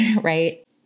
right